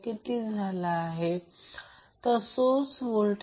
कृपया थोडे स्वतः करा